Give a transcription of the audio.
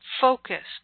focused